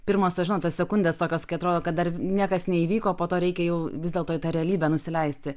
pirmas tas žinot tas sekundes tokias kai atrodo kad dar niekas neįvyko po to reikia jau vis dėlto į tą realybę nusileisti